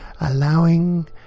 Allowing